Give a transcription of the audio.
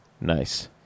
Nice